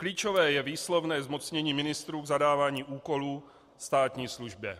Klíčové je výslovné zmocnění ministrů k zadávání úkolů státní službě.